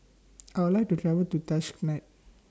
I'd like to travel to Tashkent